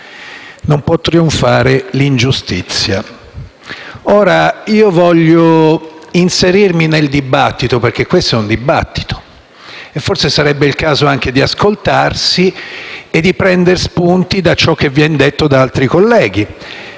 non può trionfare l'ingiustizia. Voglio inserirmi nel dibattito, perché questo è un dibattito e forse sarebbe il caso anche di ascoltarsi e prendere spunti da ciò che viene detto da altri colleghi.